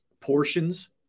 portions